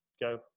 go